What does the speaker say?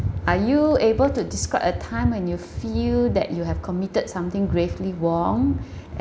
are you able to describe a time when you feel that you have committed something gravely wrong